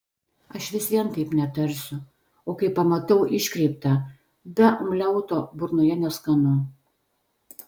aš vis vien taip netarsiu o kai pamatau iškreiptą be umliauto burnoje neskanu